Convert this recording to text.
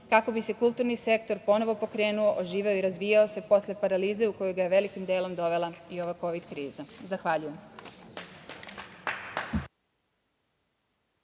kako bi se kulturni sektor ponovo pokrenuo, oživeo i razvijao posle paralize u koju ga je velikim delom dovela i ova kovid kriza. Zahvaljujem.